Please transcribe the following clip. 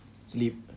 sleep